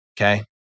Okay